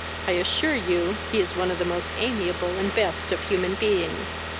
i assure you he is one of the most amiable and best of human beings.